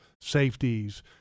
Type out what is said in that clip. safeties